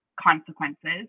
consequences